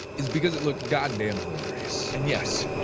is because it looked goddamn hilarious. and yes,